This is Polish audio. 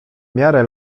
miarę